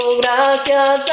gracias